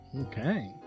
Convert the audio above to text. Okay